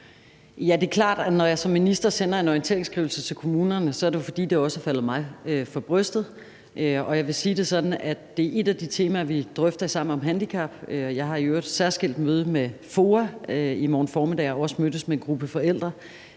Det er klart, at når jeg som minister sender en orienteringsskrivelse til kommunerne, er det jo, fordi det også er faldet mig for brystet. Og jeg vil sige det sådan, at det er et af de temaer, vi drøfter i Sammen om handicap. Jeg har i øvrigt et særskilt møde med FOA i morgen formiddag og har også mødtes med en gruppe forældre